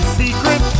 secret